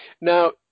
Now